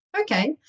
Okay